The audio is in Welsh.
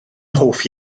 hoff